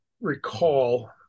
recall